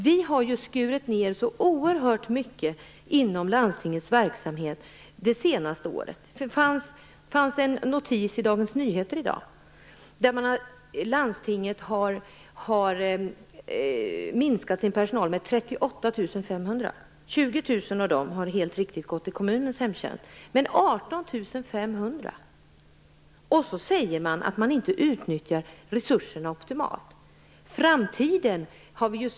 Vi har skurit ned så oerhört mycket inom landstingens verksamhet under de senaste året. I en notis i Dagens Nyheter av i dag fanns det en notis om att landstinget har minskat sin personal med 38 500 personer. Av dessa har 20 000 personer gått över till kommunens hemtjänst. Det är alltså 18 500 personer som har fått sluta. Sedan säger man att resurserna inte utnyttjas optimalt!